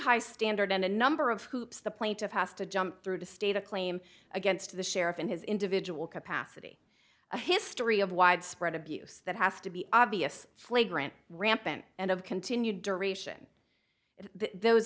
high standard and a number of hoops the plaintiff has to jump through to state a claim against the sheriff and his individual capacity a history of widespread abuse that has to be obvious flagrant rampant and of continued duration if those